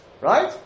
Right